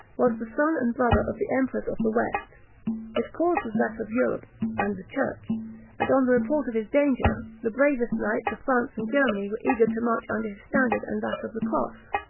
was the son and brother of the emperors of the west his cause was that of europe and the church and, on the report of his danger, the bravest knights of france and germany were eager to march under his standard and that of the cross.